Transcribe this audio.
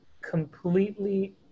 completely